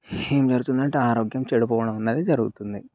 ఏమి జరుగుతుందంటే ఆరోగ్యం చెడిపోవడం అన్నది జరుగుతుంది